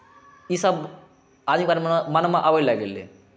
ईसभ आदमीक मनमे आबय लगलै